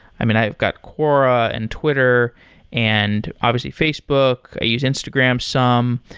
i mean, i've got quora and twitter and obviously, facebook. i use instagram some.